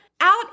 out